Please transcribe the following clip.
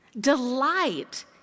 Delight